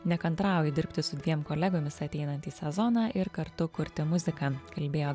nekantrauju dirbti su dviem kolegomis ateinantį sezoną ir kartu kurti muziką kalbėjo